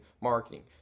marketing